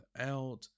out